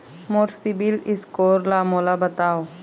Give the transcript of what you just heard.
मोर CIBIL score ला मोला बताव?